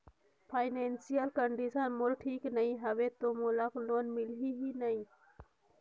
Financial condition मोर ठीक नी हवे तो मोला लोन मिल ही कौन??